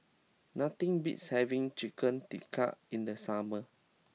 nothing beats having Chicken Tikka in the summer